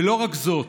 ולא רק זאת,